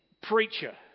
preacher